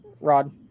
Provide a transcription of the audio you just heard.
Rod